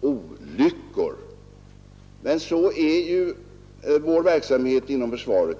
olyckor. Men sådan är ju vår verksamhet inom försvaret.